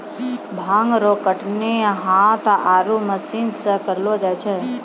भांग रो कटनी हाथ आरु मशीन से करलो जाय छै